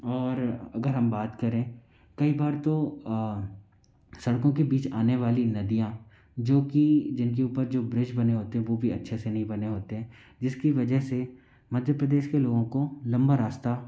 और अगर हम बात करें कई बार तो सड़कों के बीच आने वाली नदियाँ जो कि जिनके ऊपर जो ब्रिज बने होते हैं वो भी अच्छे से नहीं बने होते हैं जिसकी वजह से मध्य प्रदेश के लोगों को लंबा रास्ता